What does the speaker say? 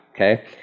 okay